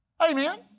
Amen